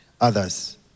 others